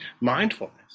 mindfulness